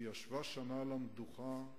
היא ישבה שנה על המדוכה,